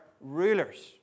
rulers